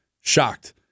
shocked